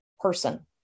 person